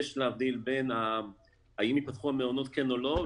יש להבדיל בין האם ייפתחו המעונות כן או לא,